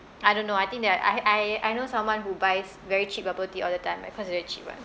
I don't know I think that I I I know someone who buys very cheap bubble tea all the time because very cheap [what]